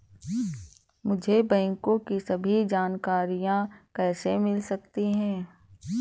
मुझे बैंकों की सभी जानकारियाँ कैसे मिल सकती हैं?